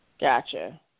Gotcha